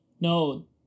no